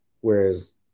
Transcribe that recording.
Whereas